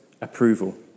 approval